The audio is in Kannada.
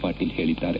ಪಾಟೀಲ್ ಹೇಳಿದ್ದಾರೆ